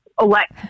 elect